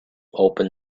open